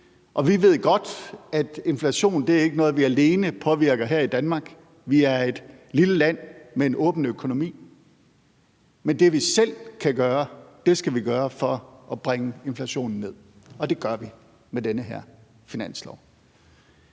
Og vi ved godt, at inflationen ikke er noget, vi alene påvirker her i Danmark. Vi er et lille land med en åben økonomi, men det, vi selv kan gøre, skal vi gøre, for at bringe inflationen ned. Og det gør vi med den her finanslov.